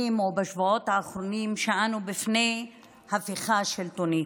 או בשבועות האחרונים היא שאנו בפני הפיכה שלטונית.